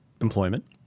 employment